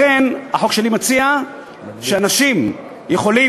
לכן החוק שלי מציע שאנשים יכולים,